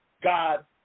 god